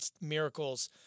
miracles